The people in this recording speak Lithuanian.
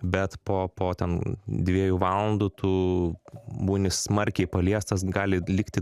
bet po po ten dviejų valandų tu būni smarkiai paliestas gali likti